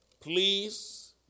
please